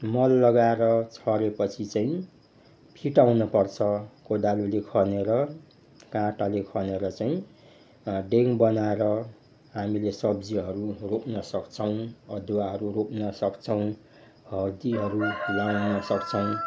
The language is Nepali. मल लगाएर छरेपछि चाहिँ फिटाउनुपर्छ कोदालोले खनेर काँटाले खनेर चाही ड्याङ बनाएर हामीले सब्जीहरू रोप्न सक्छौँ अदुवाहरू रोप्न सक्छौँ हर्दीहरू फलाउन सक्छौँ